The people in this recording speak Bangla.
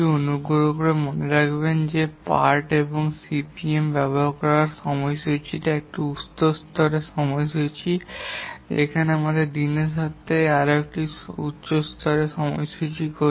অনুগ্রহ করে মনে রাখবেন যে পার্ট এবং সিপিএম ব্যবহার করে প্রকল্পের সময়সূচীটি একটি উচ্চ স্তরের সময়সূচী যেখানে আমরা দিনের সাথে একটি উচ্চ স্তরের সময়সূচী করি